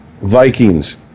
Vikings